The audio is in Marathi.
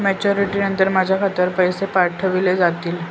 मॅच्युरिटी नंतर माझ्या खात्यावर पैसे पाठविले जातील?